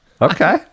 Okay